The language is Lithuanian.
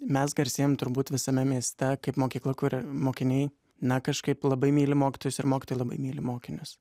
mes garsėjam turbūt visame mieste kaip mokykla kuria mokiniai na kažkaip labai myli mokytojus ir mokytojai labai myli mokinius